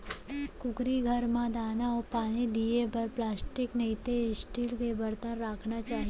कुकरी घर म दाना अउ पानी दिये बर प्लास्टिक नइतो स्टील के बरतन राखना चाही